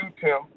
Tim